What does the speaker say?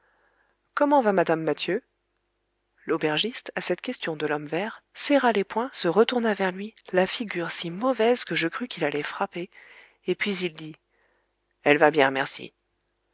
comment va mme mathieu l'aubergiste à cette question de l'homme vert serra les poings se retourna vers lui la figure si mauvaise que je crus qu'il allait frapper et puis il dit elle va bien merci